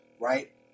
right